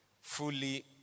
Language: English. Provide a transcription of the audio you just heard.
fully